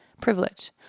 privilege